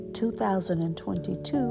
2022